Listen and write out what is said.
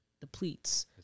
depletes